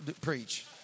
preach